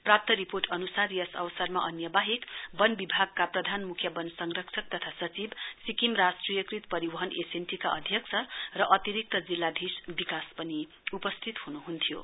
प्राप्त रिपोर्ट अनुसार यस अवसरमा अन्यवाहेक वन विभागका प्रधान मुख्य वन संरक्षक तथा सचिव सिक्किम राष्ट्रियकृत परिवहन एसएनटी का अध्यक्ष र अतिरक्त जिल्लाधीश विकास पनि उपस्थित हनुहन्थ्यो